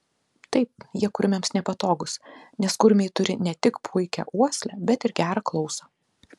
taip jie kurmiams nepatogūs nes kurmiai turi ne tik puikią uoslę bet ir gerą klausą